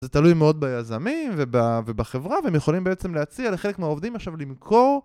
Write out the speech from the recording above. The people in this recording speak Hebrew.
זה תלוי מאוד ביזמים ובחברה והם יכולים בעצם להציע לחלק מהעובדים עכשיו למכור